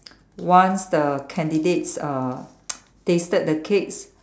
once the candidates uh tasted the cakes